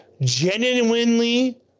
genuinely